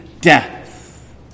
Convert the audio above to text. death